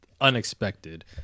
Unexpected